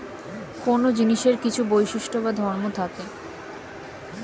কোন জিনিসের কিছু বৈশিষ্ট্য বা ধর্ম থাকে